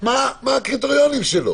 מה הקריטריונים שלו